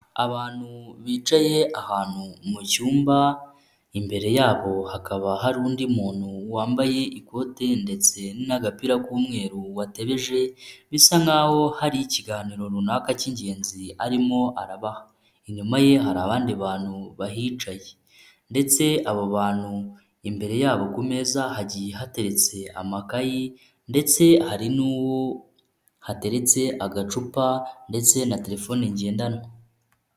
Abantu bicaye ahantu mu cyumba, imbere yabo hakaba hari undi muntu wambaye ikote ndetse n'agapira k'umweru watebeje bisa nkaho hari ikiganiro runaka cy'ingenzi arimo areba, inyuma ye hari abandi bantu bahicaye ndetse abo bantu imbere yabo ku meza hagiye hateretse amakayi ndetse hari n'uwo hateretse agacupa ndetse na telefone ngendanwa.